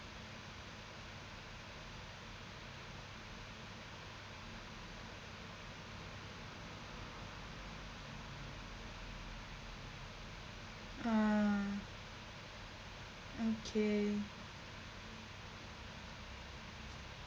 uh okay